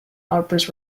outbursts